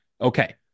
Okay